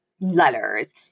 letters